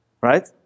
Right